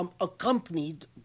accompanied